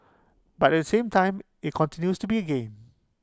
but at the same time IT continues to be A gain